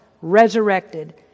resurrected